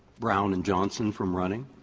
brown and johnson, from running?